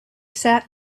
sat